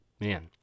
Man